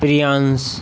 Priyansh